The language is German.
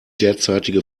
derzeitige